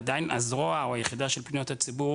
עדיין הזרוע או היחידה של פניות הציבור